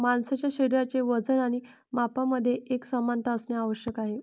माणसाचे शरीराचे वजन आणि मापांमध्ये एकसमानता असणे आवश्यक आहे